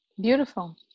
Beautiful